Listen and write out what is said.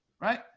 right